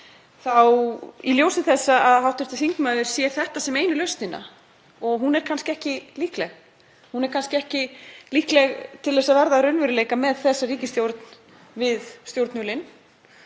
í ljósi þess að hv. þingmaður sér þetta sem einu lausnina, og hún er kannski ekki líkleg til að verða að raunveruleika með þessa ríkisstjórn við stjórnvölinn.